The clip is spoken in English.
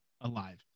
alive